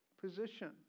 position